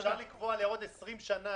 אפשר לקבוע לעוד 20 שנה,